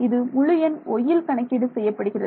இது முழு எண் yயில் கணக்கீடு செய்யப்படுகிறது